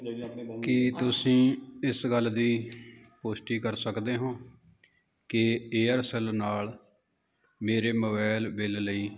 ਕੀ ਤੁਸੀਂ ਇਸ ਗੱਲ ਦੀ ਪੁਸ਼ਟੀ ਕਰ ਸਕਦੇ ਹੋ ਕਿ ਏਅਰਸੈਲ ਨਾਲ ਮੇਰੇ ਮੋਬਾਇਲ ਬਿੱਲ ਲਈ